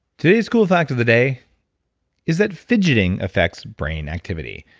today's cool fact of the day is that fidgeting affects brain activity.